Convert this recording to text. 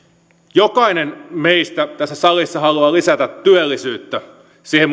jokainen meistä tässä salissa haluaa lisätä työllisyyttä siihen